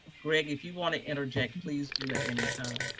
greg if you wanna interject, please do at any time.